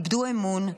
איבדו אמון,